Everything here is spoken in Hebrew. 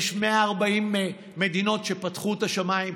יש 140 מדינות שפתחו את השמיים,